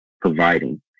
providing